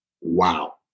wow